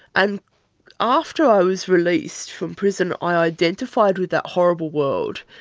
and after i was released from prison i identified with that horrible world.